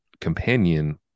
companion